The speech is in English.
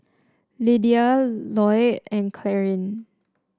Lyda Lloyd and Clarine